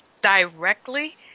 directly